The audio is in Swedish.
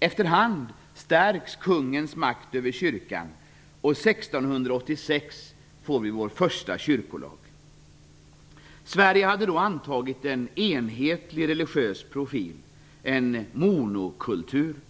Efterhand stärks kungens makt över kyrkan, och 1686 får vi vår första kyrkolag. Sverige hade då antagit en enhetlig religiös profil, en monokultur.